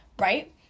right